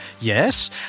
Yes